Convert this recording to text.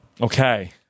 Okay